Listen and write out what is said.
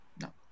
No